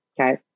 okay